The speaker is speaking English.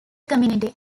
community